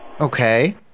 Okay